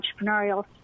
entrepreneurial